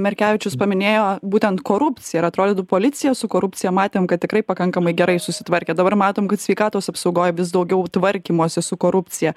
merkevičius paminėjo būtent korupciją ir atrodytų policija su korupcija matėm kad tikrai pakankamai gerai susitvarkė dabar matom kad sveikatos apsaugoj vis daugiau tvarkymosi su korupcija